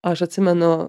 aš atsimenu